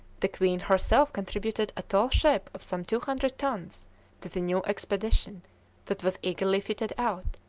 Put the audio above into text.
the queen herself contributed a tall ship of some two hundred tons to the new expedition that was eagerly fitted out,